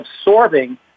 absorbing